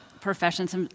professions